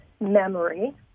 memory